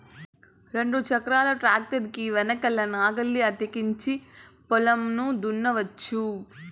రెండు చక్రాల ట్రాక్టర్ కి వెనకల నాగలిని అతికించి పొలంను దున్నుకోవచ్చు